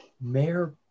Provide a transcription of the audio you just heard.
Mayor